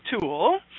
tool